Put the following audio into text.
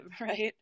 right